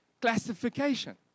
classification